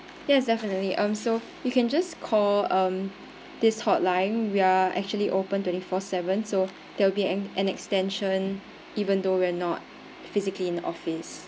yes definitely um so you can just call um this hotline we are actually open twenty four seven so there'll be an an extension even though we are not physically in office